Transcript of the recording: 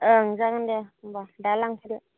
ओं जागोन दे होनबा दा लांफैदो